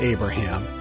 Abraham